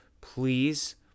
Please